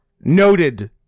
noted